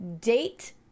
date